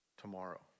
Tomorrow